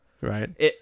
Right